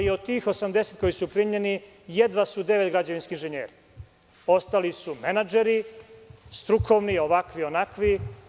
Od tih 80 koji su primljeni jedva da je devet građevinskih inženjera, ostali su menadžeri, strukovni, ovakvi, onakvi.